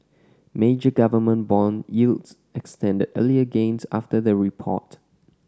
major government bond yields extended earlier gains after the report